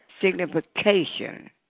signification